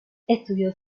estudio